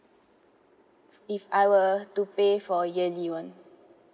if I were to pay for yearly one